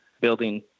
building